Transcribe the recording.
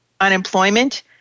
unemployment